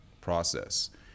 process